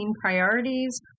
priorities